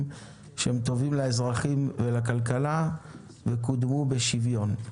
שטובים לאזרחים ולכלכלה וקודמו בשוויון.